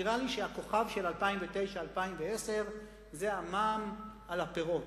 נראה לי שהכוכב של 2009 2010 זה המע"מ על הפירות.